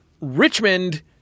Richmond